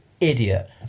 idiot